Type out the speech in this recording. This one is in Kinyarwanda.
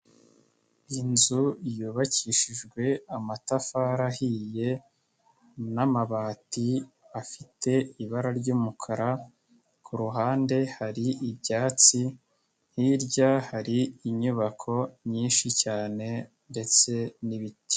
Inzu yubakishijwe amatafari ahiye n'amabati afite ibara ry'umukara, ku ruhande hari ibyatsi hirya hari inyubako nyinshi cyane ndetse n'ibiti.